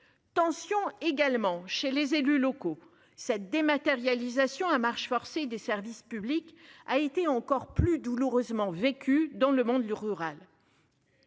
Tensions également chez les élus locaux cette dématérialisation à marche forcée des services publics a été encore plus douloureusement vécue dans le monde rural.